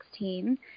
2016